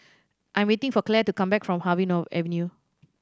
I am waiting for Claire to come back from Harvey Avenue